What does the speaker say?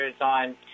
on